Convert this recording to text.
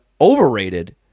overrated